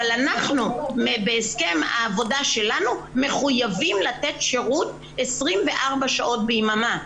אבל אנחנו בהסכם העבודה שלנו מחויבים לתת שירות 24 שעות ביממה,